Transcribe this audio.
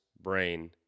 brain